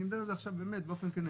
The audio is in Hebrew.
אני אומר את זה עכשיו באמת באופן כן.